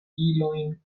ilojn